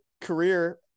career